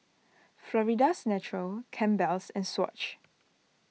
Florida's Natural Campbell's and Swatch